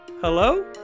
Hello